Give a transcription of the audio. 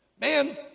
Man